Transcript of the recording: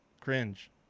cringe